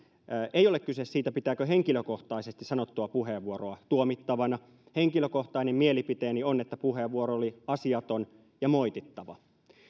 ei ole siis kyse siitä pitääkö henkilökohtaisesti sanottua puheenvuoroa tuomittavana henkilökohtainen mielipiteeni on että puheenvuoro oli asiaton ja moitittava